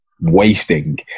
wasting